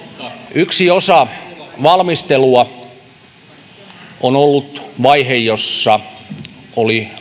yksi osa valmistelua on ollut vaihe jossa oli